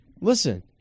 Listen